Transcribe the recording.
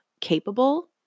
capable